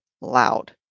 loud